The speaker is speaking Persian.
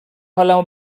حالمو